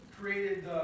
created